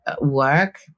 work